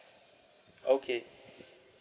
okay